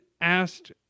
asked